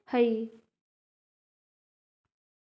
अक्षय credit score वाला ग्राहक के कंपनी आसानी से लोन दे दे हइ